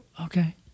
Okay